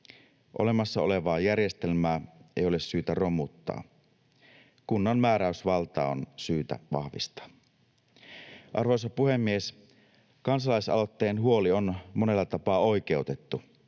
Olemassa olevaa järjestelmää ei ole syytä romuttaa. Kunnan määräysvaltaa on syytä vahvistaa. Arvoisa puhemies! Kansalaisaloitteen huoli on monella tapaa oikeutettu.